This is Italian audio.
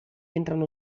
entrano